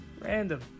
random